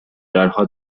درها